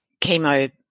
chemo